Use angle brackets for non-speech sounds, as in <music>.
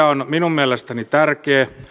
<unintelligible> on minun mielestäni tärkeä